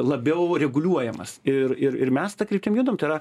labiau reguliuojamas ir ir ir mes ta kryptim judam tai yra